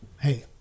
Hey